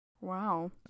Wow